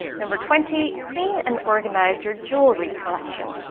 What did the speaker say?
number twenty clean and organize your jewellery collection.